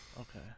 okay